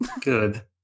good